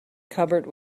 cupboard